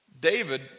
David